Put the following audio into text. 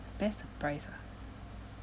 best surprise ah